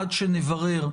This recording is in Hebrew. עד שנברר,